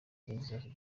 izindi